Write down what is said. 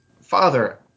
Father